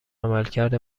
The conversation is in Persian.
عملکرد